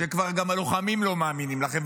שגם הלוחמים כבר לא מאמינים לכם,